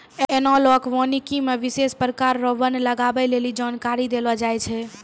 एनालाँक वानिकी मे विशेष प्रकार रो वन लगबै लेली जानकारी देलो जाय छै